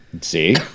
See